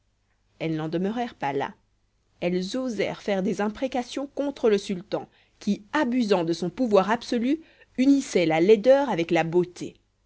elles n'en demeurèrent pas là elles osèrent faire des imprécations contre le sultan qui abusant de son pouvoir absolu unissait la laideur avec la beauté